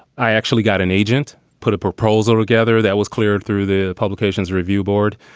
i actually got an agent put a proposal together that was cleared through the publications review board.